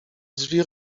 drzwi